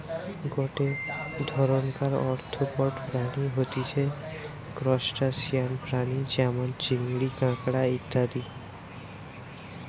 গটে ধরণকার আর্থ্রোপড প্রাণী হতিছে ত্রুসটাসিয়ান প্রাণী যেমন চিংড়ি, কাঁকড়া ইত্যাদি